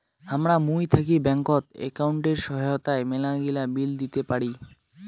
হামরা মুই থাকি ব্যাঙ্কত একাউন্টের সহায়তায় মেলাগিলা বিল দিতে পারি